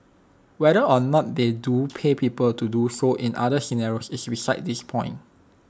whether or not they do pay people to do so in other scenarios is besides this point